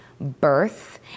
birth